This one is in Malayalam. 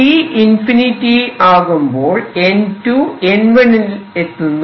T →∞ ആകുമ്പോൾ N2 → N1